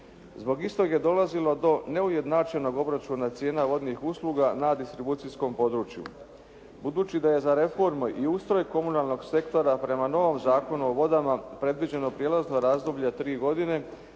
Zbog istog je dolazilo do neujednačenog obračuna cijena vodnih usluga na distribucijskom području. Budući da je za reforme i ustroj komunalnog sektora prema novom Zakonu o vodama predviđeno prijelazno razdoblje tri godine